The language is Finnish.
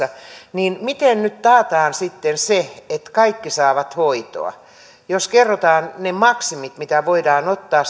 niin miten nyt taataan se että kaikki saavat hoitoa jos kerrotaan ne maksimit mitä voidaan ottaa